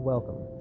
Welcome